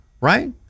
Right